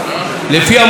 לפי המוצע,